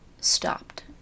stopped